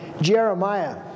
Jeremiah